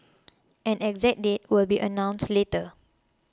an exact date will be announced later